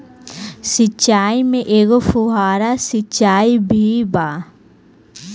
सिचाई में एगो फुव्हारा सिचाई भी बा